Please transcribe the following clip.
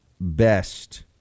best